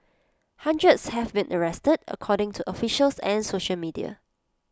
hundreds have been arrested according to officials and social media